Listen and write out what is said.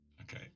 okay